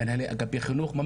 מנהלי אגפי חינוך,